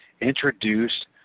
introduced